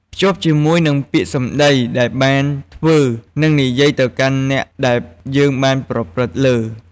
ភ្ជាប់ជាមួយនឹងពាក្យសម្ដីដែលបានធ្វើនិងនិយាយទៅកាន់អ្នកដែលយើងបានប្រព្រឹត្តលើ។